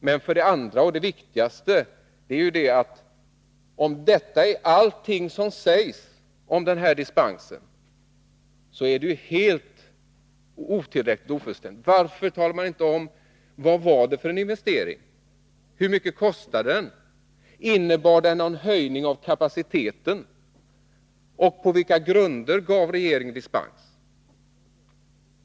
Men det viktigaste är att om detta är allt som sägs om den här dispensen, så är det ju helt otillräckligt och ofullständigt. Varför talar man inte om vad det var för en investering? Hur mycket kostade den? Innebar den någon höjning av kapaciteten? Och på vilka grunder gav regeringen dispensen?